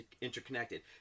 interconnected